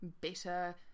better